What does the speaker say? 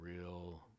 real